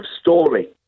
story